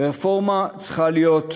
רפורמה צריכה להיות ברורה,